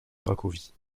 cracovie